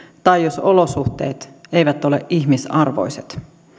tai jos olosuhteet eivät ole ihmisarvoiset